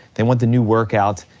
they want the new workout,